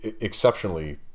exceptionally